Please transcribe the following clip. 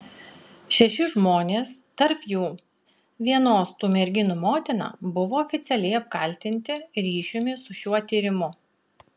šeši žmonės tarp jų vienos tų merginų motina buvo oficialiai apkaltinti ryšium su šiuo tyrimu